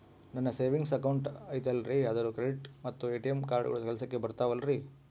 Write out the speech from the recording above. ನನ್ನ savings account ಐತಲ್ರೇ ಅದು ಕ್ರೆಡಿಟ್ ಮತ್ತ ಎ.ಟಿ.ಎಂ ಕಾರ್ಡುಗಳು ಕೆಲಸಕ್ಕೆ ಬರುತ್ತಾವಲ್ರಿ?